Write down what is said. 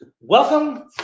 Welcome